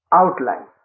outline